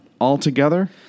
altogether